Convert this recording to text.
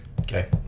okay